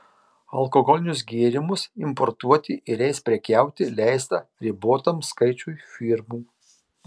alkoholinius gėrimus importuoti ir jais prekiauti leista ribotam skaičiui firmų